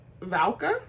Valka